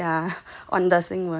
yeah on the 新闻